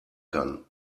kann